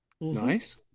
Nice